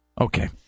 Okay